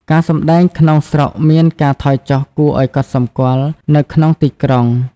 ការសម្តែង ក្នុងស្រុកមានការថយចុះគួរឱ្យកត់សម្គាល់នៅក្នុងទីក្រុង។